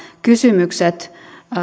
kysymykset